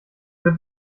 wird